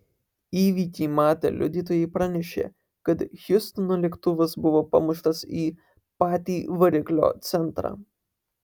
įvykį matę liudytojai pranešė kad hjustono lėktuvas buvo pamuštas į patį variklio centrą